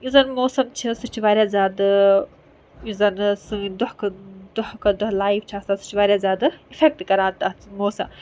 یُس زَن موسَم چھِ سُہ چھِ واریاہ زیادٕ یُس زَن سٲنۍ دۄہ کھۄتہٕ دۄہ کھۄتہٕ دۄہ لایِف چھِ آسان سُہ چھِ واریاہ زیادٕ اِفیکٹ کَران تَتھ موسَم